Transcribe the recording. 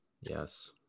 Yes